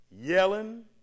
yelling